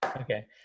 Okay